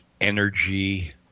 energy